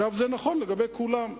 זה נכון לגבי כולם.